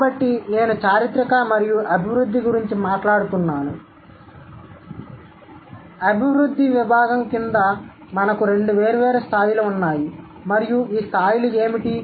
కాబట్టి నేను చారిత్రక మరియు అభివృద్ధి గురించి మాట్లాడుతున్నాను కాబట్టి అభివృద్ధి విభాగం కింద మనకు రెండు వేర్వేరు స్థాయిలు ఉన్నాయి మరియు ఈ స్థాయిలు ఏమిటి